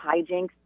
hijinks